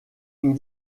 une